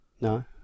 No